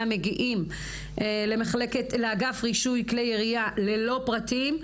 מגיעים לאגף רישוי כלי ירייה ללא פרטים,